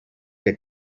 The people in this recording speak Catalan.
que